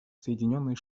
соединенные